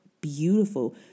beautiful